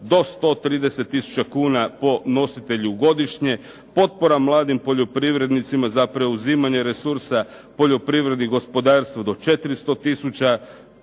do 130 tisuća kuna po nositelju godišnje, potpora mladih poljoprivrednicima za preuzimanje resursa poljoprivrednom gospodarstvu do 400 tisuća